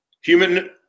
human